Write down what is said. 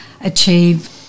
achieve